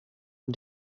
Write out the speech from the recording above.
een